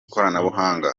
koranabuhanga